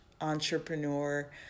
entrepreneur